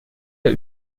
der